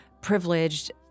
privileged